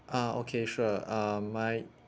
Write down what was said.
ah okay sure um my